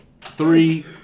Three